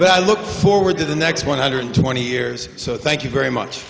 but i look forward to the next one hundred twenty years so thank you very much